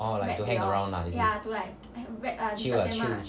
orh like to hang around lah is it chill ah chill